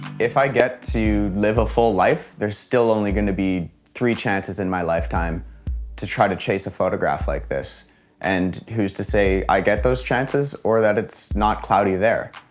if i get to live a full life, there's still only gonna be three chances in my lifetime to try to chase a photograph like this and who's to say i get those chances or that it's not cloudy there.